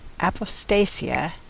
apostasia